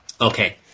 okay